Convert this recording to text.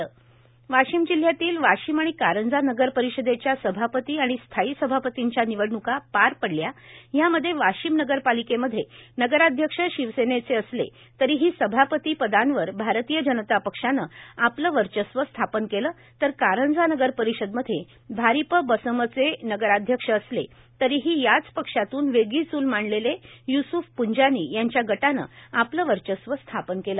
वाशिम आणि कारंजा नगरपरिषदेच्या सभापती वाशिम जिल्ह्यातील वाशिम आणि कारंजा नगरपरिषदेच्या सभापती आणि स्थायी सभापतींच्या निवडण्का पार पडल्या ह्या मध्ये वाशिम नगरपालिकेमध्ये नगराध्यक्ष शिवसेनेचे असले तरीही सभापती पदांवर भारतीय जनता पक्षाने आपले वर्चस्व स्थापन केले तर कारंजा नगर परिषद मध्ये भारिप बमसचे नगराध्यक्ष असले तरीही याच पक्षातून वेगळी चूल मांडलेले युसुफ पुंजानी यांच्या गटाने आपले वर्चस्व स्थापण केले